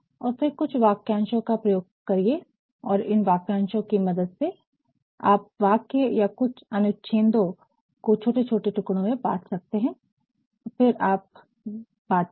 और फिर कुछ वाक्यांशों का प्रयोग करिए और इन वाक्यांशों की मदद से आप वाक्य या कुछ अनुच्छेदों को छोटे टुकड़ों में बांट सकते हैं और फिर आप बांटते हैं